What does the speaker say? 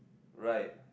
right